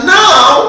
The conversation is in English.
now